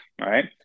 right